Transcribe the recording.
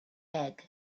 egg